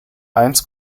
eins